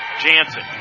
Jansen